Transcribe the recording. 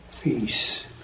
Peace